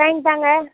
வாங்கித்தாங்க